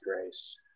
grace